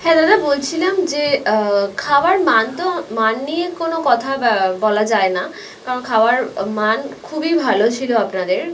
হ্যাঁ দাদা বলছিলাম যে খাওয়ার মান তো মান নিয়ে কোনো কথা বলা যায় না কারণ খাওয়ার মান খুবই ভালো ছিল আপনাদের